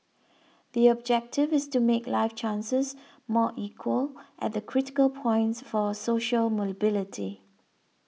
the objective is to make life chances more equal at the critical points for social mobility